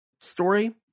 story